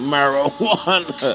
Marijuana